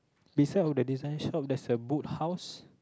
beside of the design shop there's a boot house